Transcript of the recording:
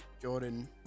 Jordan